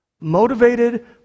Motivated